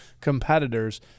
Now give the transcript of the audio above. competitors